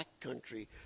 backcountry